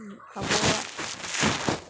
ᱟᱵᱚᱣᱟᱜ